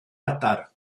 adar